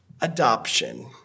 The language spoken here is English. adoption